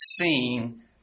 seen